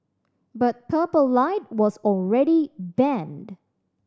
but Purple Light was already banned